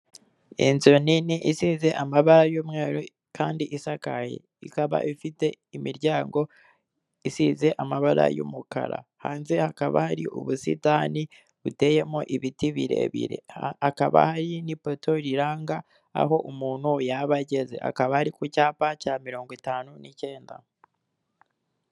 Inzu nini isize amabara y'umweru kandi isakaye, ikaba ifite imiryango isize amabara y'umukara, hanze hakaba hari ubusitani buteyemo ibiti birebire, hakaba hari n'ipoto riranga aho umuntu yaba ageze hakaba hari ku cyapa cya mirongo itanu n'icyenda.